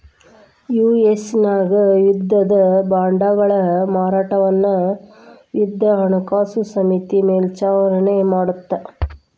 US ನ್ಯಾಗ ಯುದ್ಧದ ಬಾಂಡ್ಗಳ ಮಾರಾಟವನ್ನ ಯುದ್ಧ ಹಣಕಾಸು ಸಮಿತಿ ಮೇಲ್ವಿಚಾರಣಿ ಮಾಡತ್ತ